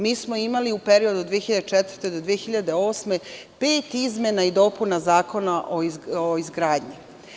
Mi smo imali u periodu 2004. do 2008. godine pet izmena i dopuna Zakona o izgradnji.